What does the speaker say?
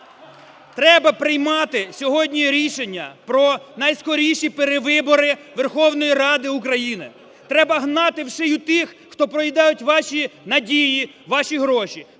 Треба приймати сьогодні рішення про найскоріші перевибори Верховної Ради України. Треба гнати в шию тих, хто проїдає ваші надії, ваші гроші,